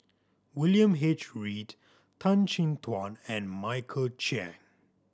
William H Read Tan Chin Tuan and Michael Chiang